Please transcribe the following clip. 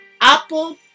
apple